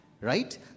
right